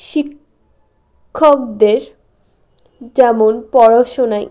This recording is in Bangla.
শিক্ষকদের যেমন পড়াশোনায়